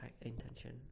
intention